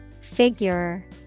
Figure